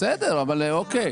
אוקיי,